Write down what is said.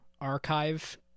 archive